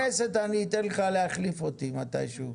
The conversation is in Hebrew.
של המכס לטובת זיהוי משלוחים